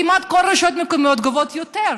כמעט כל הרשויות המקומיות גובות יותר.